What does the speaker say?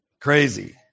Crazy